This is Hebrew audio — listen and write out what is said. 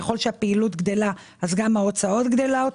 ככל שהפעילות גדלה גם ההוצאות גדלות.